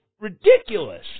ridiculous